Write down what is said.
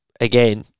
again